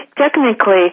technically